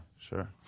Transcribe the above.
Sure